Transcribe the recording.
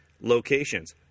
locations